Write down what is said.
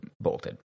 bolted